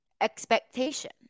expectation